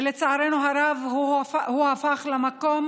ולצערנו הרב, המקום